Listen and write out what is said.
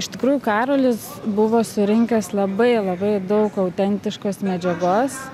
iš tikrųjų karolis buvo surinkęs labai labai daug autentiškos medžiagos